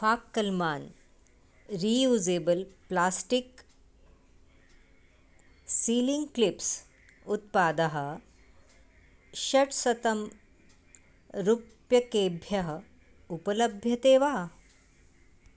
फ़ाक्कल्मान् reusable plastic sealing clips उत्पादः षट्शतं रुप्यकेभ्यः उपलभ्यते वा